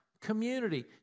community